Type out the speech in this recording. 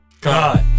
God